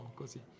così